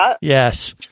Yes